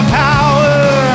power